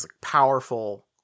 powerful